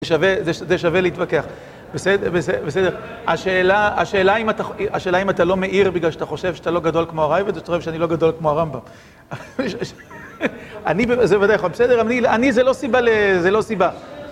זה שווה, זה שווה להתווכח. בסדר? בסדר. השאלה אם אתה לא מאיר בגלל שאתה חושב שאתה לא גדול כמו הרייבד, זה שאתה חושב שאני לא גדול כמו הרמב״ם. אני, זה בוודאי חשוב, בסדר? אני, אני, זה לא סיבה, זה לא סיבה.